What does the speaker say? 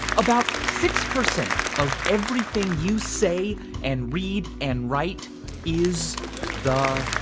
about six percent of everything you say and read and write is the